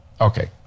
Okay